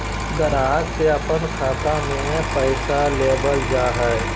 ग्राहक से अपन खाता में पैसा लेबल जा हइ